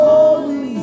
Holy